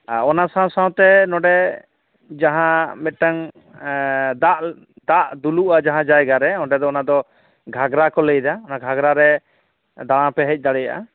ᱟᱨ ᱚᱱᱟ ᱥᱟᱶ ᱥᱟᱶᱛᱮ ᱱᱚᱰᱮ ᱡᱟᱦᱟᱸ ᱢᱤᱫᱴᱟᱝ ᱫᱟᱜ ᱫᱟᱜ ᱫᱩᱞᱩᱜᱼᱟ ᱡᱟᱦᱟᱸ ᱡᱟᱭᱜᱟ ᱨᱮ ᱚᱸᱰᱮ ᱫᱚ ᱚᱱᱟ ᱫᱚ ᱜᱷᱟᱜᱽᱨᱟ ᱠᱚ ᱞᱟᱹᱭᱮᱫᱟ ᱚᱱᱟ ᱜᱷᱟᱜᱽᱨᱟ ᱨᱮ ᱫᱟᱬᱟ ᱯᱮ ᱦᱮᱡ ᱫᱟᱲᱮᱭᱟᱜᱼᱟ